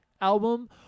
album